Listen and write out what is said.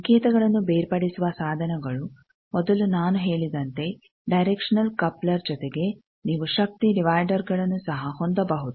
ಸಂಕೇತಗಳನ್ನು ಬೇರ್ಪಡಿಸುವ ಸಾಧನಗಳು ಮೊದಲು ನಾನು ಹೇಳಿದಂತೆ ಡೈರೆಕ್ಷನಲ್ ಕಪ್ಲರ್ ಜೊತೆಗೆ ನೀವು ಶಕ್ತಿ ಡಿವೈಡರ್ಗಳನ್ನು ಸಹ ಹೊಂದಬಹುದು